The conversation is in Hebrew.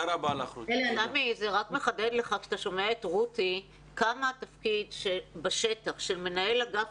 זה רק מחדד לך כשאתה שומע את רותי כמה התפקיד בשטח של מנהל אגף